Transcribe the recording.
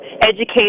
educate